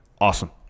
awesome